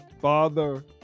father